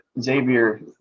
Xavier